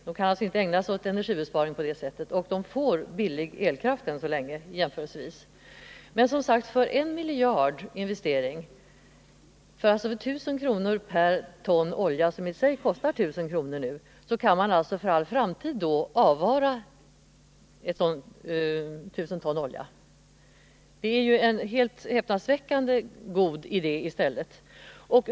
De kan alltså inte ägna sig åt energibesparing på det sättet, och de får jämförelsevis billig elkraft ännu så länge. Med en investering på 1 miljard, alltså för 1000 kr. per ton olja som i sig kostar 1 000 kr. nu, kan man för all framtid avvara 1 000 ton olja. Det är en häpnadsväckande god idé.